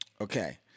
Okay